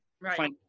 Right